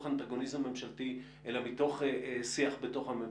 אנטגוניזם ממשלתי אלא מתוך שיח בתוך הממשלה.